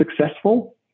successful